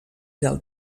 del